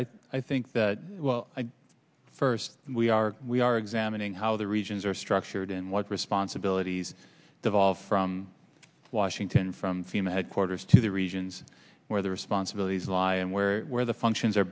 think first we are we are examining how the regions are structured and what responsibilities devolve from washington from fema headquarters to the regions where the responsibilities lie and where where the functions